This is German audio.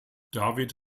david